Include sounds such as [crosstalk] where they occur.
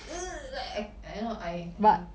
[noise] like I don't know